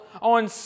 on